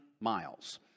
miles